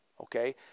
Okay